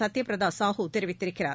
சத்யபிரதா சாஹூ தெரிவித்திருக்கிறார்